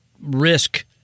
risk